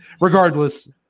Regardless